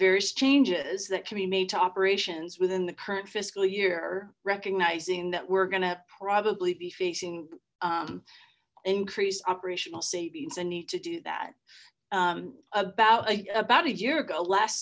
various changes that can be made to operations within the current fiscal year recognizing that we're gonna probably be facing increased operational savings and need to do that about a about a year ago last